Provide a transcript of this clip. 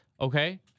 Okay